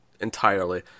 entirely